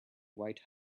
white